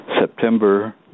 September